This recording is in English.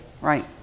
Right